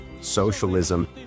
socialism